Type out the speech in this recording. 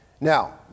Now